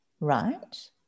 Right